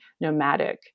nomadic